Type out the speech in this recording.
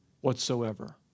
whatsoever